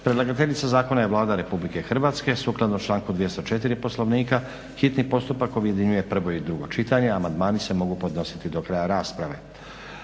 Predlagateljica zakona je Vlada Republike Hrvatske. Sukladno članku 204. Poslovnika hitni postupak objedinjuje prvo i drugo čitanje, amandmani se mogu podnositi do kraja rasprave.